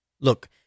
Look